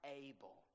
able